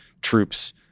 troops